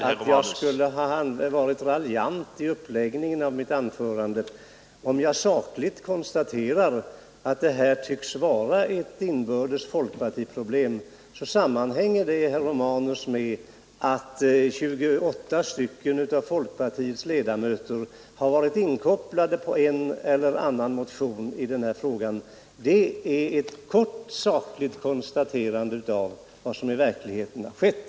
Herr talman! Jag protesterar mot påståendet att uppläggningen av mitt anförande skulle ha varit raljant. Om jag sakligt konstaterar att detta tycks vara ett inbördes folkpartiproblem, sammanhänger det, herr Romanus, med att 28 av folkpartiets ledamöter har varit inkopplade på en eller annan motion i denna fråga. Det är ett kort sakligt konstaterande av vad som i verkligheten har skett.